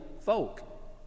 folk